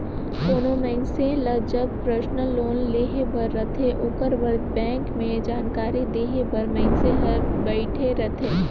कोनो मइनसे ल जब परसनल लोन लेहे बर रहथे ओकर बर बेंक में जानकारी देहे बर मइनसे हर बइठे रहथे